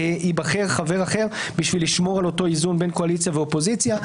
ייבחר חבר אחר בשביל לשמור על אותו איזון בין קואליציה ואופוזיציה.